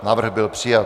Návrh byl přijat.